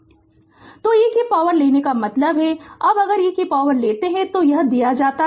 Refer Slide Time 0837 तो E की power लेने का मतलब है कि अब अगर ई की पॉवर लेते हैं तो यह दिया जाता है